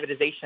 privatization